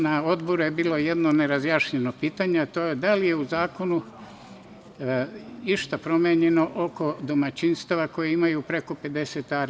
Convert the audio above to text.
Na Odboru je bilo jedno nerazjašnjeno pitanje, a to je – da li je u zakonu išta promenjeno oko domaćinstava koja imaju preko 50 ari?